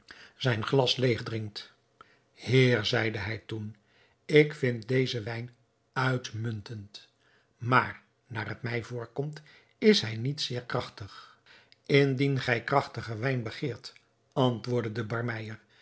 zijn glas leêg drinkt heer zeide hij toen ik vind dezen wijn uitmuntend maar naar het mij voorkomt is hij niet zeer krachtig indien gij krachtiger wijn begeert antwoordde de